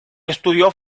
estudió